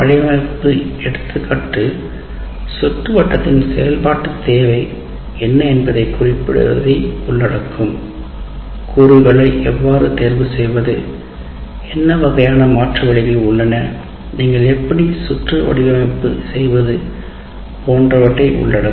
வடிவமைப்பு எடுத்துக்காட்டு சுற்றுவட்டத்தின் செயல்பாட்டுத் தேவை என்ன என்பதைக் குறிப்பிடுவதை உள்ளடக்கும் கூறுகளை எவ்வாறு தேர்வு செய்வது என்ன வகையான மாற்று வழிகள் உள்ளன நீங்கள் எப்படி சுற்று வடிவமைப்பு செய்வது போன்றவற்றை உள்ளடக்கும்